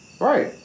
Right